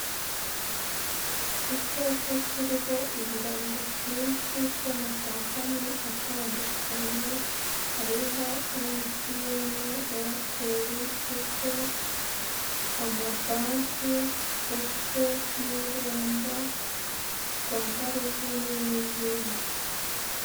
Icyapa kiriho ibirango byinshi by'amakampani atandukanye hariho MTN, Airtel, Tigo, amabanki ndetse n'Irembo, Rwanda Revenue n'izindi.